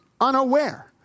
unaware